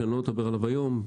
שאני לא אדבר עליו היום,